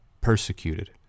persecuted